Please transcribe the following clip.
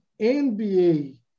NBA